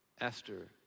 Esther